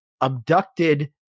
abducted